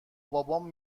بابام